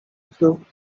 two